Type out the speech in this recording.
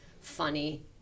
funny